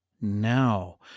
now